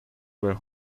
were